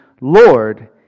Lord